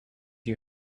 you